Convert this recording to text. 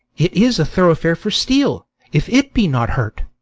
it is a throughfare for steel if it be not hurt.